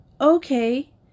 Okay